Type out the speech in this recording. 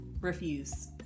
refuse